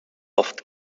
oft